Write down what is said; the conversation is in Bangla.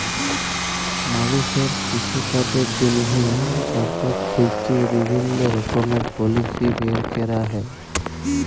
মালুষের কৃষিকাজের জন্হে সরকার থেক্যে বিভিল্য রকমের পলিসি বের ক্যরা হ্যয়